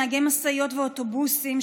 נהגי משאיות ואוטובוסים,